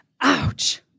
Ouch